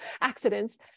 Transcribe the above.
accidents